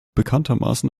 bekanntermaßen